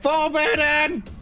Forbidden